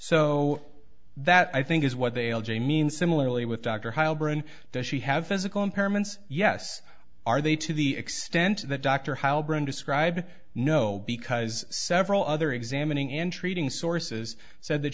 so that i think is what they mean similarly with dr heilbrun does she have physical impairments yes are they to the extent that dr how describe no because several other examining in treating sources said that